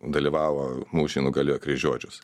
dalyvavo mūšy nugalėjo kryžiuočius